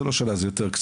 זה לא שנה, זה קצת יותר.